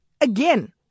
again